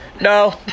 no